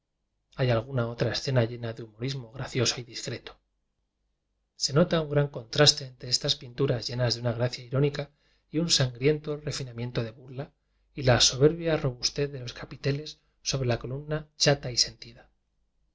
alguna otra esce na llena de humorismo gracioso y discreto se nota un gran contraste entre estas pinturas llenas de una gracia irónica y un sangriento refinamiento de burla y la so berbia robustez de los capiteles sobre la co lumna chata y sentida